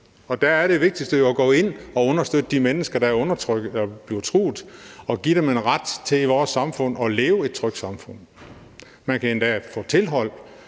Der er det vigtigste jo at gå ind og understøtte de mennesker, der er blevet truet, og give dem en ret til at leve et trygt liv i vores samfund. Man kan endda få et tilhold,